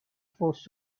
forced